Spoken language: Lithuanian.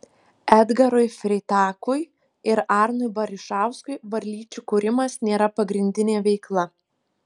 edgarui freitakui ir arnui barišauskui varlyčių kūrimas nėra pagrindinė veikla